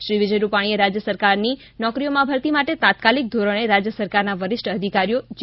શ્રી વિજય રૂપાણીએ રાજ્ય સરકારની નોકરીઓમાં ભરતી માટે તાત્કાલિક ધોરણે રાજ્ય સરકારના વરિષ્ઠ અધિકારીઓ જી